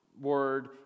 word